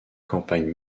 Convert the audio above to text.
campagnes